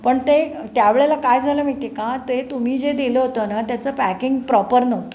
पण ते त्यावेळेला काय झालं माहिती आहे का ते तुम्ही जे दिलं होतं ना त्याचं पॅकिंग प्रॉपर नव्हतं